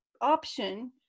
option